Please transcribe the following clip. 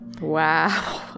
Wow